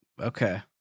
Okay